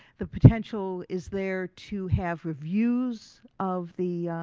the potential is there to have reviews of the,